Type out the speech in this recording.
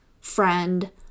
friend